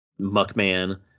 Muckman